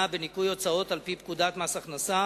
בניכוי הוצאות על-פי פקודת מס הכנסה